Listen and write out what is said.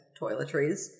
toiletries